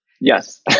Yes